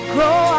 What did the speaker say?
Grow